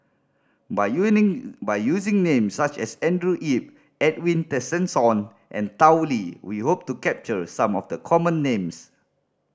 by by using names such as Andrew Yip Edwin Tessensohn and Tao Li we hope to capture some of the common names